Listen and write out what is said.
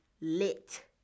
lit